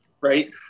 right